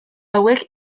hauek